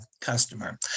customer